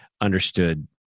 understood